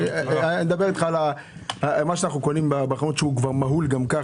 אני מדבר על מה שאנחנו קונים בחנות שהוא מהול גם ככה,